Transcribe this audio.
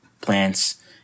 plants